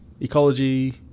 ecology